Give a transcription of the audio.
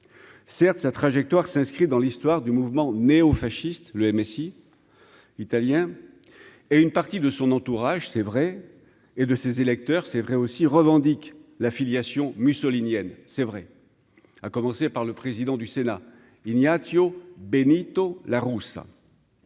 certes sa trajectoire s'inscrit dans l'histoire du mouvement néofasciste, le MSI italien et une partie de son entourage, c'est vrai, et de ses électeurs, c'est vrai aussi, revendique la filiation mussolinienne, c'est vrai, à commencer par le président du Sénat, il n'y a Tio Benito La Rousseau.